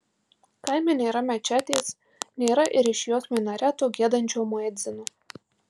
kaime nėra mečetės nėra ir iš jos minareto giedančio muedzino